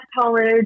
college